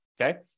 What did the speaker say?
okay